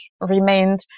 remained